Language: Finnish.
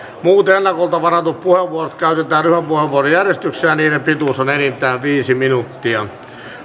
muut ennakolta varatut puheenvuorot käytetään ryhmäpuheenvuorojärjestyksessä ja niiden pituus on enintään viisi minuuttia